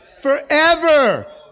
forever